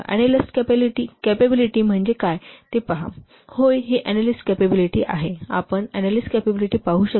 analyst capability म्हणजे काय ते पहा होय ही अनॅलिस्ट कॅपॅबिलिटी आहे आपण अनॅलिस्ट कॅपॅबिलिटी पाहू शकता